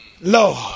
Lord